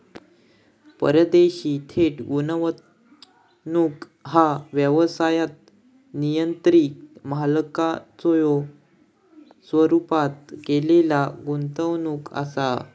परदेशी थेट गुंतवणूक ह्या व्यवसायात नियंत्रित मालकीच्यो स्वरूपात केलेला गुंतवणूक असा